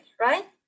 right